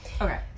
Okay